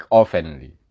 oftenly